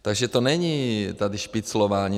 Takže to není tady špiclování.